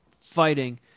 fighting